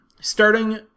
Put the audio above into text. starting